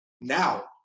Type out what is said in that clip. now